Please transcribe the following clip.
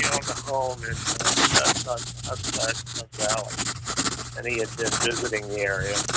he owned a home in just outside ah but the valley and he had been visiting the area